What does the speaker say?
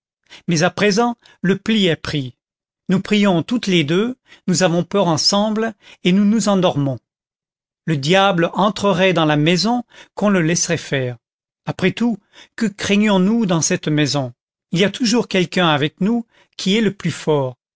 mais à présent le pli est pris nous prions toutes les deux nous avons peur ensemble et nous nous endormons le diable entrerait dans la maison qu'on le laisserait faire après tout que craignons-nous dans cette maison il y a toujours quelqu'un avec nous qui est le plus fort